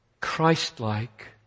Christ-like